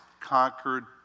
conquered